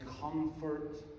comfort